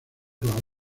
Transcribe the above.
raúl